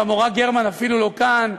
והמורה גרמן אפילו לא כאן,